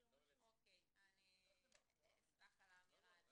אני אפסח על האמירה הזו.